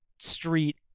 street